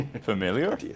Familiar